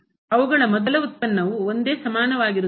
ಅವುಗಳ ಮೊದಲ ಉತ್ಪನ್ನವು ಒಂದೇ ಸಮಾನವಾಗಿರುತ್ತದೆ